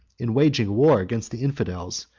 in waging war against the infidels,